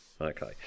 Okay